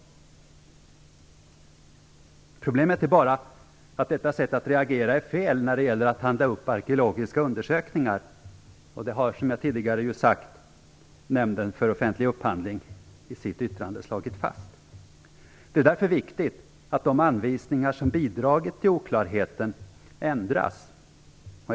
Problemet är bara att detta sätt att reagera är fel när det gäller att handla upp arkeologiska undersökningar. Och det har, som jag tidigare har sagt, Nämnden för offentlig upphandling slagit fast i sitt yttrande. Det är därför viktigt att de anvisningar som bidragit till oklarheten ändras.